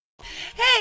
Hey